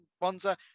bonza